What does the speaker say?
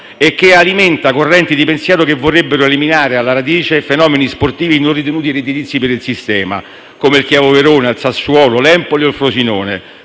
e che alimenta correnti di pensiero che vorrebbero eliminare alla radice fenomeni sportivi non ritenuti redditizi per il sistema, come il Chievo Verona, il Sassuolo, l'Empoli o il Frosinone.